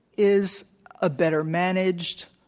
is a better managed,